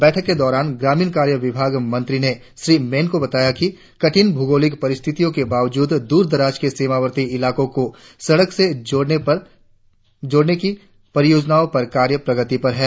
बैठक के दौरान ग्रामीण कार्य विभाग मंत्री ने श्री मैन को बताया कि कठिन भौगोलिक परिस्थितियों के बावजूद दूर दराज के सीमावर्ती इलाकों को सड़क से जोड़ने की परियोजनाओं पर कार्य प्रगति पर है